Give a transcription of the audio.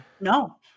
no